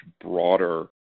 broader